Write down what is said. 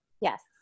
Yes